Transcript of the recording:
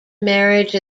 marriage